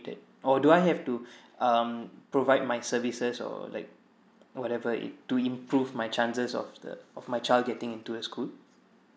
that or do I have to um provide my services or like whatever it to improve my chances of the of my child getting into the school